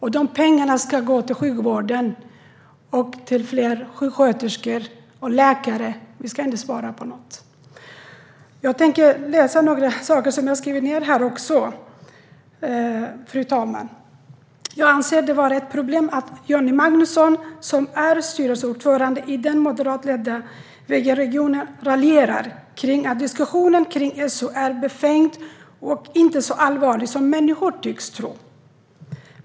De pengarna ska gå till sjukvården, fler sjuksköterskor och fler läkare. Vi ska inte spara på något. Jag anser att det är ett problem att Johnny Magnusson, som är styrelseordförande i den moderatledda ledningen för Västra Götalandsregionen, raljerar och säger att diskussionen kring SU är befängd och att situationen inte är så allvarlig som människor tycks tro.